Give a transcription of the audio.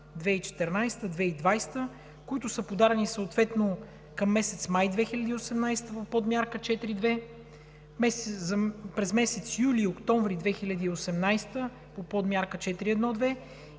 2014 – 2020 г., които са подадени съответно през месец май 2018 г. по Подмярка 4.2, през месец юли и октомври 2018 г. по Подмярка 4.1.2